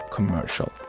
Commercial